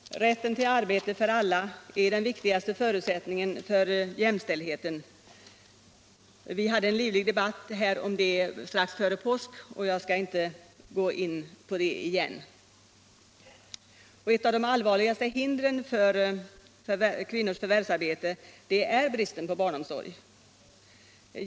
Rätten till arbete för alla är den viktigaste förutsättningen för jämställdhet. Vi hade en livlig debatt om detta strax före påsk och jag skall inte gå in på det igen. Ett av de allvarligaste hindren för kvinnors förvärvsarbete är bristen på barnomsorg.